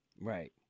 Right